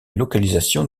localisation